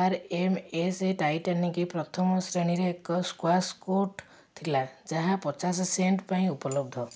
ଆର୍ M S Titanic ପ୍ରଥମ ଶ୍ରେଣୀରେ ଏକ ସ୍କ୍ୱାସ୍ କୋର୍ଟ ଥିଲା ଯାହା ପଚାଶ ସେଣ୍ଟ୍ ପାଇଁ ଉପଲବ୍ଧ